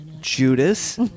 Judas